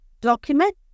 document